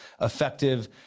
effective